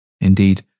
Indeed